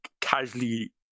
casually